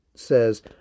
says